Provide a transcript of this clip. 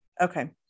Okay